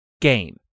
game